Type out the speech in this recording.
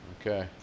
Okay